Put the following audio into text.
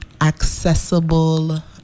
accessible